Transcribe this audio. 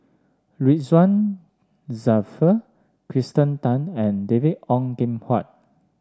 Ridzwan Dzafir Kirsten Tan and David Ong Kim Huat